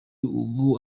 ubu